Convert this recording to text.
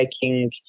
taking